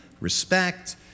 Respect